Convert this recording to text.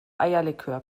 eierlikör